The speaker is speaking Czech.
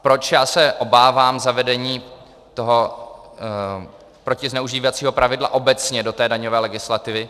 Proč se obávám zavedení toho protizneužívacího pravidla obecně do daňové legislativy?